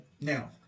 now